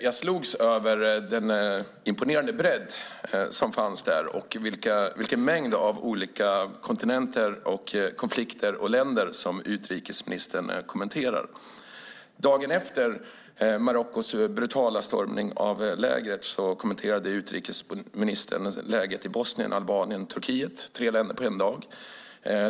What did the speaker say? Jag slogs av den imponerande bredd som fanns där och vilken mängd av kontinenter, länder och konflikter som utrikesministern kommenterar. Dagen efter Marockos brutala stormning av lägret kommenterade utrikesministern läget i Bosnien, Albanien och Turkiet - tre länder på en dag.